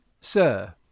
Sir